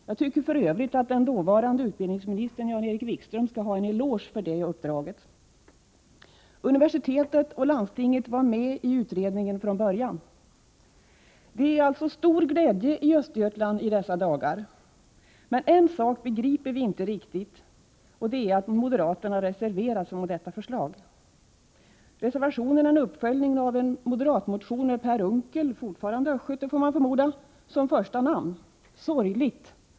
Jag tycker för övrigt att den dåvarande utbildningsministern, Jan-Erik Wikström, skall ha en eloge för det uppdraget. Universitetet och landstinget var med i utredningen från början. Det är alltså stor glädje i Östergötland i dessa dagar. Men en sak begriper vi inte riktigt, och det är att moderaterna har reserverat sig mot detta förslag. Reservationen är en uppföljning av en moderatmotion med Per Unckel — fortfarande östgöte får man förmoda — som första namn. Sorgligt!